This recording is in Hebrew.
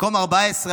מקום 14,